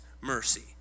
mercy